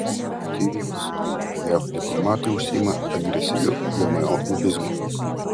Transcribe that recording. tyrimas jav diplomatai užsiima agresyviu gmo lobizmu